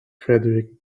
frederick